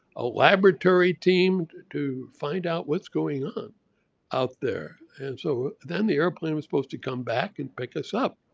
a laboratory team. to to find out what's going on out there. and so then the airplane was supposed to come back and pick us up.